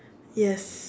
yes